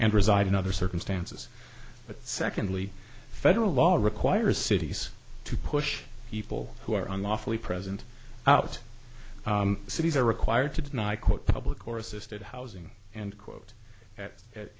and reside in other circumstances but secondly federal law requires cities to push people who are unlawfully present out cities are required to deny quote public or assisted housing and quote at